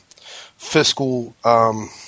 fiscal –